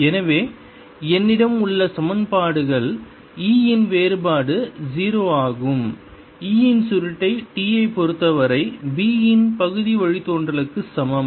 எனவே என்னிடம் உள்ள சமன்பாடுகள் E இன் வேறுபாடு 0 ஆகும் E இன் சுருட்டை t ஐப் பொறுத்தவரை B இன் பகுதி வழித்தோன்றலுக்கு சமம்